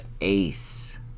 Ace